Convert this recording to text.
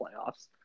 playoffs